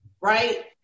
right